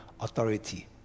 authority